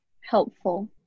helpful